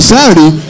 Saturday